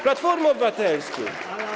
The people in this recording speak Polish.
Platformy Obywatelskiej.